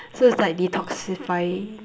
so it's like detoxifying